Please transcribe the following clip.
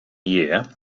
year